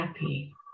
happy